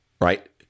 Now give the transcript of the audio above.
right